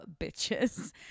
Bitches